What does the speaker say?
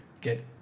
get